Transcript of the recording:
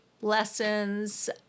lessons